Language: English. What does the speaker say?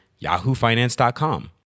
yahoofinance.com